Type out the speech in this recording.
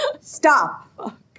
Stop